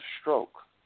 stroke